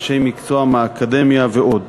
אנשי מקצוע מהאקדמיה ועוד.